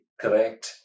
correct